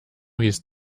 hieß